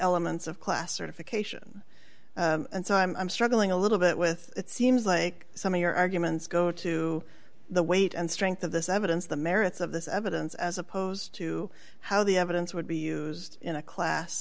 elements of classification and so i'm i'm struggling a little bit with it seems like some of your arguments go to the weight and strength of this evidence the merits of this evidence as opposed to how the evidence would be used in a class